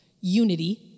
unity